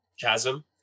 chasm